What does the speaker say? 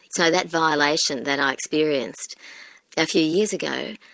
so that violation that i experienced a few years ago,